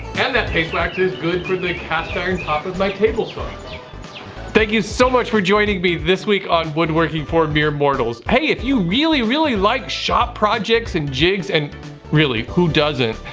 and that paste wax is good for the cast iron top of my table sort of you so much for joining me this week on woodworking for mere mortals hey, if you really really like shop projects and jigs and really, who doesn't,